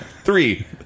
Three